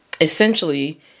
essentially